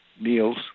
meals